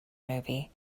movie